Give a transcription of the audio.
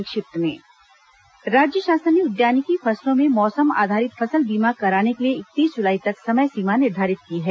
संक्षिप्त समाचार राज्य शासन ने उद्यानिकी फसलों में मौसम आधारित फसल बीमा कराने के लिए इकतीस जुलाई तक समय सीमा निर्धारित की है